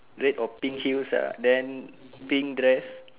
red or pink heels uh then pink dress